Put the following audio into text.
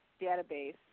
database